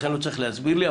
לכן לא צריך להסביר לי.